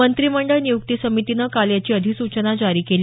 मंत्रिमंडळ निय्क्ती समितीनं काल याची अधिसूचना जारी केली